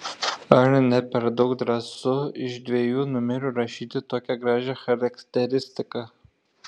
ar ne per daug drąsu iš dviejų numerių rašyti tokią gražią charakteristiką